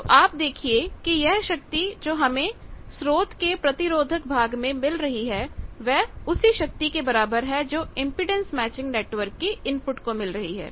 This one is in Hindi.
तो आप देखिए की यह शक्ति जो हमें स्रोत के प्रतिरोधक भाग में मिल रही है वह उसी शक्ति के बराबर है जो इंपेडेंस मैचिंग नेटवर्क की इनपुट को मिल रही है